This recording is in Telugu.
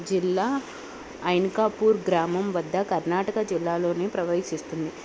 జిల్లా అనకాపూర్ గ్రామం వద్ద కర్ణాటక జిల్లాలోనే ప్రవహిస్తుంది